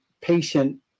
patient